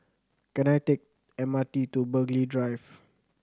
can I take M R T to Burghley Drive